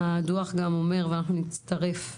הדוח גם אומר, ואנחנו נצטרף כוועדה: